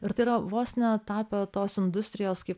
ir tai yra vos netapo tos industrijos kaip